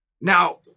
Now